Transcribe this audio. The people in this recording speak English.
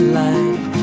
light